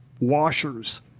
washers